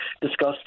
discussed